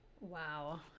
Wow